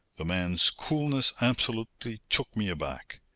the man's coolness absolutely took me aback.